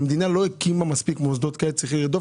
המדינה לא הקימה מספיק מוסדות ולכן צריך לרדוף